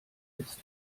ist